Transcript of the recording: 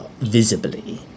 visibly